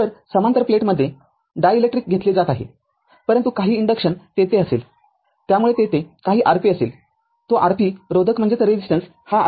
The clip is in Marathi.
तरसमांतर प्लेटमध्ये डायइलेक्ट्रिक घेतले जात आहेपरंतु काही कंडक्शन तेथे असेल त्यामुळे तेथे काही Rp असेल तो Rp रोधक हा Rp घेतो